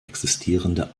existierende